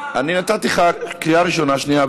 אני אארגן את הדברים שלי ואצא,